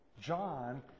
John